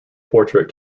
portrait